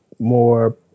more